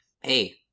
hey